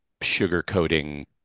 sugarcoating